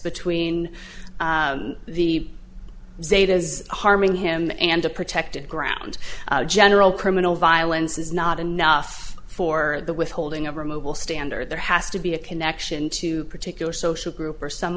between the zetas harming him and a protected ground general criminal violence is not enough for the withholding of a mobile standard there has to be a connection to particular social group or some